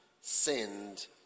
sinned